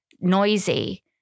noisy